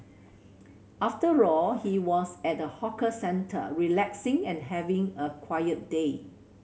after all he was at a hawker centre relaxing and having a quiet day